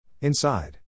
Inside